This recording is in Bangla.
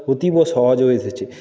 অতীব সহজ হয়ে এসেছে